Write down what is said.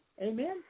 Amen